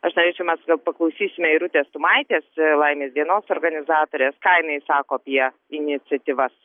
aš norėčiau mes gal paklausysime irutės tumaitės laimės dienos organizatorės ką jinai sako apie iniciatyvas